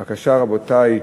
בבקשה, רבותי,